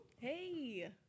Hey